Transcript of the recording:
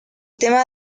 tema